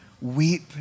weep